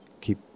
keep